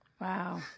Wow